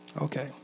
Okay